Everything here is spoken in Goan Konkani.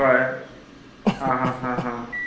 हय आं आं आं